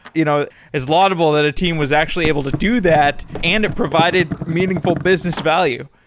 you know, it is laudable that a team was actually able to do that and it provided meaningful business value.